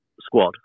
squad